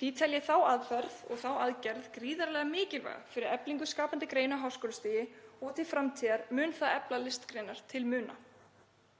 Því tel ég þá aðferð og þá aðgerð gríðarlega mikilvæga fyrir eflingu skapandi greina á háskólastigi og til framtíðar mun það efla listgreinar til muna.